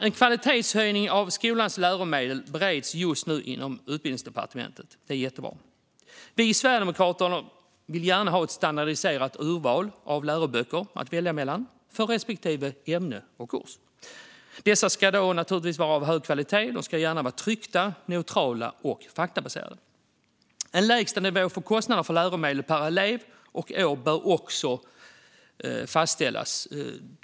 En kvalitetshöjning av skolans läromedel bereds just nu inom Utbildningsdepartementet, vilket är jättebra. Vi sverigedemokrater vill gärna att det ska finnas ett standardiserat urval av läroböcker att välja mellan för respektive ämne och kurs. Dessa ska naturligtvis vara av hög kvalitet, och de ska gärna vara tryckta, neutrala och faktabaserade. En lägstanivå för kostnader för läromedel per elev och år bör också fastställas.